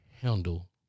handle